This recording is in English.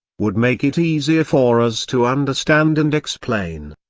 would make it easier for us to understand and explain,